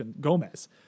Gomez